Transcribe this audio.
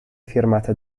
firmata